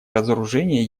разоружение